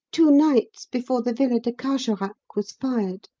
two nights before the villa de carjorac was fired.